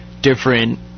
different